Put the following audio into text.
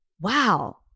wow